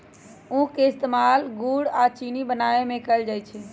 उख के इस्तेमाल गुड़ आ चिन्नी बनावे में कएल जाई छई